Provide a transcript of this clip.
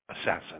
assassin